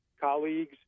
colleagues